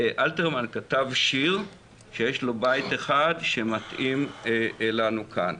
ואלתרמן כתב שיר שיש לו בית אחד שמתאים לנו כאן.